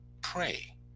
Pray